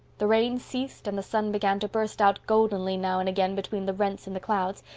the rain ceased and the sun began to burst out goldenly now and again between the rents in the clouds,